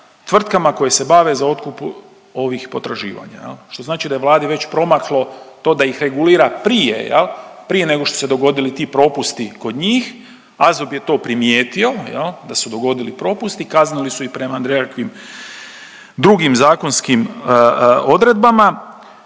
tvrtkama koje se bave za otkupu ovih potraživanja, je li, što znači da je Vladi već promaklo to da ih regulira prije, je li, prije nego što su se dogodili ti propusti kod njih, AZOP je to primijetio, da su se dogodili propusti, kaznili su ih prema nekakvim drugim zakonskim odredbama